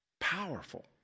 Powerful